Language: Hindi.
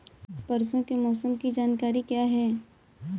परसों के मौसम की जानकारी क्या है?